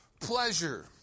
pleasure